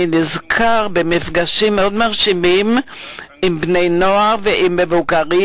אני נזכר במפגשים מרשימים מאוד עם בני-נוער ועם מבוגרים,